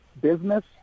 business